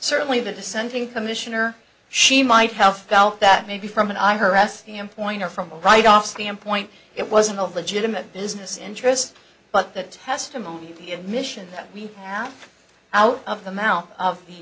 certainly the dissenting commissioner she might have felt that maybe from an eye her asking him point or from a write off standpoint it wasn't a legitimate business interest but that testimony of the admission that we have out of the mouth of the